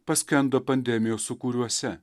paskendo pandemijos sūkuriuose